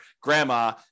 Grandma